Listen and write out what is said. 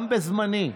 גם בזמני,